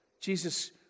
Jesus